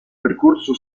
percorso